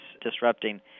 disrupting